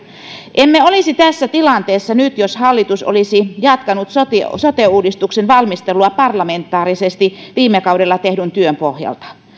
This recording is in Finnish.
emme olisi tässä tilanteessa nyt jos hallitus olisi jatkanut sote uudistuksen valmistelua parlamentaarisesti viime kaudella tehdyn työn pohjalta